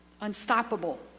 unstoppable